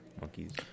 Monkeys